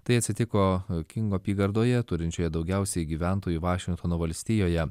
tai atsitiko kingo apygardoje turinčioje daugiausiai gyventojų vašingtono valstijoje